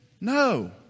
No